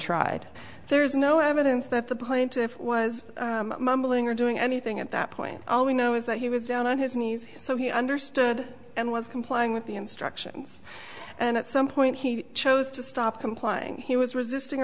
tried there is no evidence that the plaintiff was mumbling or doing anything at that point all we know is that he was down on his knees so he understood and was complying with the instructions and at some point he chose to stop complying he was resisting